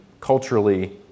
culturally